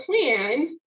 plan